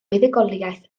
buddugoliaeth